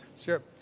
Sure